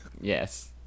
Yes